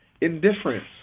indifference